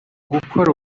gukora